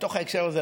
בתוך ההקשר הזה,